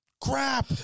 Crap